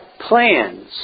plans